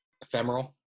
ephemeral